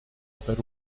per